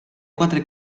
quatre